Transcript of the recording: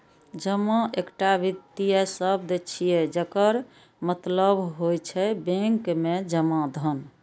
जमा एकटा वित्तीय शब्द छियै, जकर मतलब होइ छै बैंक मे जमा धन